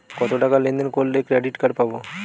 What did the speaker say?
কতটাকা লেনদেন করলে ক্রেডিট কার্ড পাব?